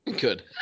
good